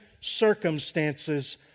circumstances